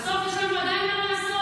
בסוף יש לנו עדיין מה לעשות.